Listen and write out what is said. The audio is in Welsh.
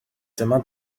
dyma